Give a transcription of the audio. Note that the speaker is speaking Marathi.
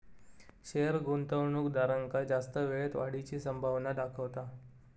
शेयर गुंतवणूकदारांका जास्त वेळेत वाढीची संभावना दाखवता